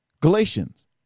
Galatians